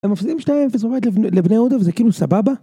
הם מפסידים שתיים אפס לבני יהודה וזה כאילו סבבה?